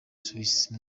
suisse